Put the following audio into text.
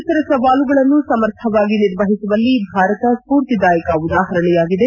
ಪರಿಸರ ಸವಾಲುಗಳನ್ನು ಸಮರ್ಥವಾಗಿ ನಿರ್ವಹಿಸುವಲ್ಲಿ ಭಾರತ ಸ್ಫೂರ್ತಿದಾಯಕ ಉದಾಪರಣೆಯಾಗಿದೆ ಕೇಂದ್ರ